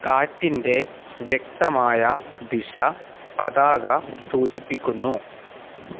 കാറ്റിൻ്റെ വ്യക്തമായ ദിശ പതാക സൂചിപ്പിക്കുന്നു